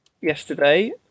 yesterday